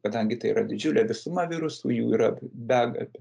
kadangi tai yra didžiulė visuma virusų jų yra begalė